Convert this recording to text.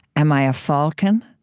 am i a falcon,